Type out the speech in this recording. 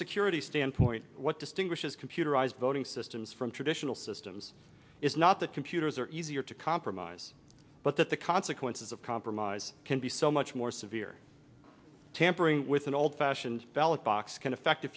security standpoint what distinguishes computerized voting systems from traditional systems is not that computers are easier to compromise but that the consequences of compromise can be so much more severe tampering with an old fashioned ballot box can affect a